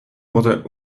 wurden